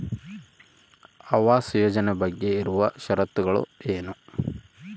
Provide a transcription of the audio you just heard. ಆವಾಸ್ ಯೋಜನೆ ಬಗ್ಗೆ ಇರುವ ಶರತ್ತುಗಳು ಏನು?